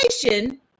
education